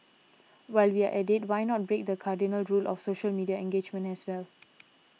while we are at it why not break the cardinal rule of social media engagement as well